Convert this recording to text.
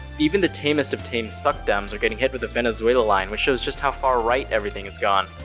even the tamest of tame succdems are getting hit with the venezuela line, which shows just how far right everything has gone.